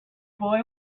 boy